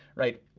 right,